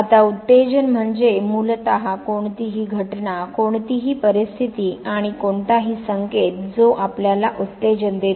आता उत्तेजन म्हणजे मूलतः कोणतीही घटना कोणतीही परिस्थिती आणि कोणताही संकेत जो आपल्याला उत्तेजन देतो